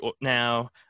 now